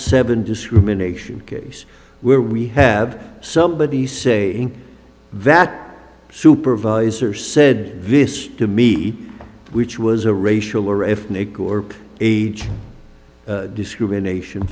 seven discrimination case where we have somebody say that supervisor said this to meet which was a racial or ethnic or age discrimination